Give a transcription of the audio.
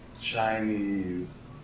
Chinese